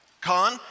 Khan